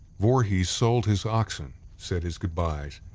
voorhees sold his oxen, said his goodbyes,